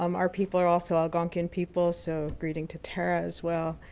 um our people are also algonkian people so greeting to tara as well,